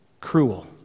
cruel